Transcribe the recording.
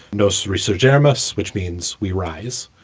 no, sorry, sir, jeremy's. which means we rise,